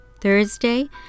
Thursday